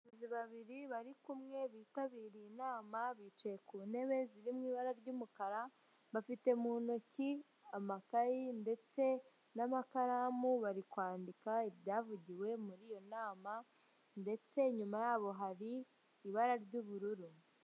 Abayobozi babiri bari kumwe bitabiriye inama, bicaye ku ntebe ziri mu ibara ry'umukara, bafite mu ntoki amakayi ndetse n'amakaramu bari kwandika ibyavugiwe muri iyo nama, ndetse inyuma yabo hari ibara ry'ubururu.